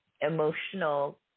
emotional